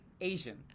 Asian